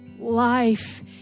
life